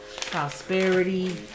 prosperity